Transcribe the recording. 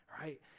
right